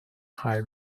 high